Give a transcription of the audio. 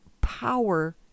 power